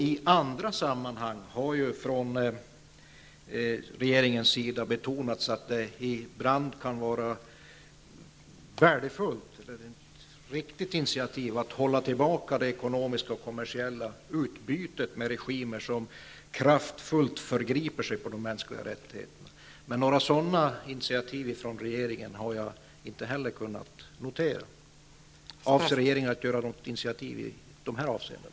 I andra sammanhang har det från regeringens sida betonats att det ibland kan vara ett riktigt initiativ att hålla tillbaka det ekonomiska och kommersiella utbytet med regimer som kraftfullt förgriper sig på de mänskliga rättigheterna. Men några sådana initiativ från regeringen har jag inte heller kunnat notera. Avser regeringen att ta något initiativ i dessa avseenden?